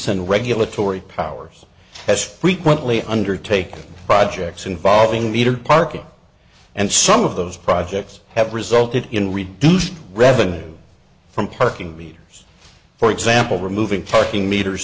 and regulatory powers has frequently undertaken projects involving metered parking and some of those projects have resulted in reduced revenues from parking meters for example removing parking met